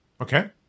okay